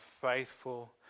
faithful